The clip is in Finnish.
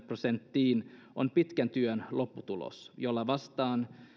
prosenttiin on pitkän työn lopputulos jolla vastataan